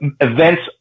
events